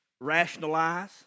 rationalize